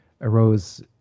arose